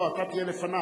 לא, אתה תהיה לפניו.